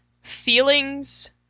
feelings